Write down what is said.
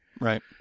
Right